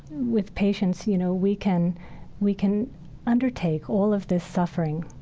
with patience, you know, we can we can undertake all of the suffering.